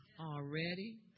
Already